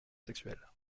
sexuel